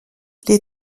les